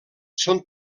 són